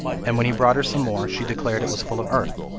and when he brought her some more, she declared it was full of earth.